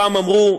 פעם אמרו,